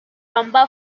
rumba